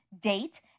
date